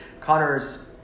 Connor's